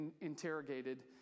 interrogated